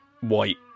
white